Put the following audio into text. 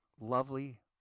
lovely